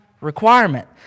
requirement